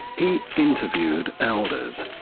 he interviewed elders,